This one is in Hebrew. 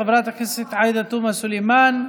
חברת הכנסת עאידה תומא סלימאן,